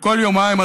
וכל יומיים,